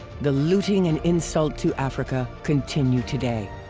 the looting and insult to africa continue today.